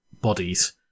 bodies